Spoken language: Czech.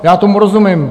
Já tomu rozumím.